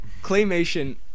Claymation